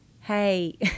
hey